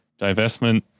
divestment